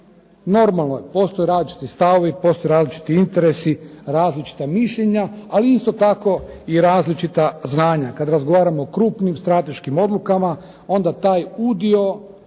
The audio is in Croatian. Normalno postoje različiti stavovi, različiti interesi, različita mišljenja ali isto tako i različita zvanja, kada govorimo o krupnim strateškim odlukama onda taj udio